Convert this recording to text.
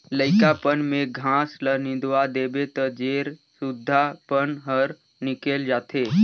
लइकापन में घास ल निंदवा देबे त जेर सुद्धा बन हर निकेल जाथे